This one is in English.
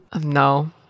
No